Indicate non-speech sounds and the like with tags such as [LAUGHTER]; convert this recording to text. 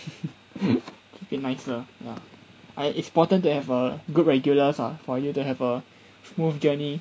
[LAUGHS] could be nicer ya it's important to have uh good regulars ah for you to have a smooth journey